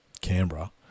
Canberra